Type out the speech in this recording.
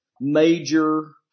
major